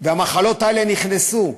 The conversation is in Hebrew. והמחלות האלה נכנסו,